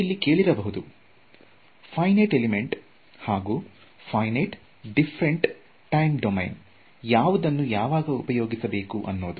ನೀವಿಲ್ಲಿ ಕೇಳಿರಬಹುದು finite element ಹಾಗೂ ಫಿನಿಟ್ ಡಿಫ್ಫರೆಂಟ್ ಟೈಂ ಡೊಮೈನ್ ಯಾವುದನ್ನು ಯಾವಾಗ ಉಪಯೋಗಿಸಬೇಕು ಅನ್ನೋದು